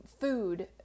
food